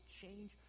change